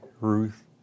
Ruth